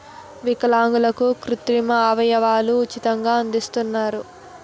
విలాంగులకు కృత్రిమ అవయవాలు ఉచితంగా అమరుస్తున్నారు